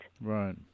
right